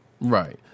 Right